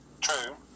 True